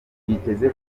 byitezwe